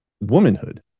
womanhood